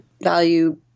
value